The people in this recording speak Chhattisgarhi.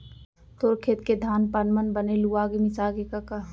तोर खेत के धान पान मन बने लुवा मिसागे कका?